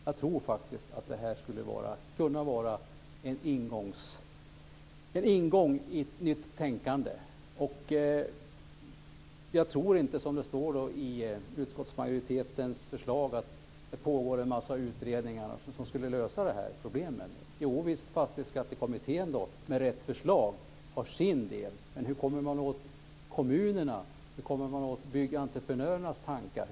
Jag tror att det här skulle kunna vara en ingång till ett nytt tänkande. Jag tror inte, som det står i utskottsmajoritetens förslag, att det pågår en massa utredningar som skulle lösa problemen. Ja, Fastighetsskattekommittén har sin del, med rätt förslag. Men hur kommer man åt kommunerna? Hur kommer man åt byggentreprenörernas tankar?